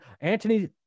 Antony